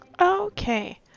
Okay